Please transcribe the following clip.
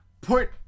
put